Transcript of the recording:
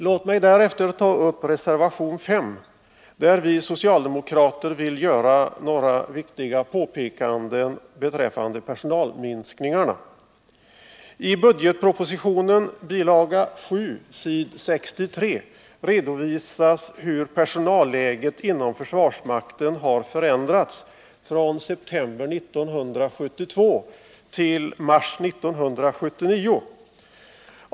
Låt mig därefter ta upp reservation 5, där vi socialdemokrater vill göra några viktiga påpekanden beträffande personalminskningarna. I budgetpropositionens bil. 7 s. 63 redovisas hur personalläget inom försvarsmakten har förändrats från september 1972 till mars 1979.